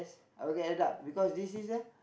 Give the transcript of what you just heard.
okay a dark because this is a